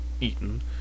eaten